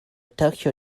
tokyo